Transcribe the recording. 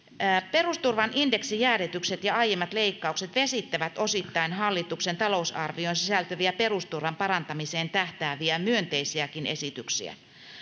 perusturvan indeksijäädytykset ja aiemmat leikkaukset vesittävät osittain hallituksen talousarvioon sisältyviä perusturvan parantamiseen tähtääviä myönteisiäkin esityksiä